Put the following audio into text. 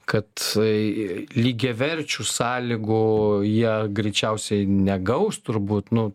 kad lygiaverčių sąlygų jie greičiausiai negaus turbūt nu